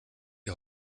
die